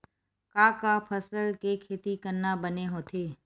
का का फसल के खेती करना बने होथे?